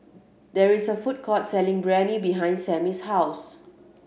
there is a food court selling Biryani behind Sammy's house